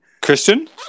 Christian